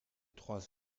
trois